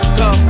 go